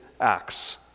acts